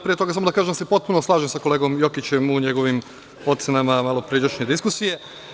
Pre toga želim da kažem da se potpuno slažem sa kolegom Jokićem u njegovim ocenama malopređašnje diskusije.